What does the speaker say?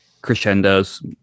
crescendos